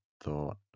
thought